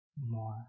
more